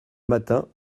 matin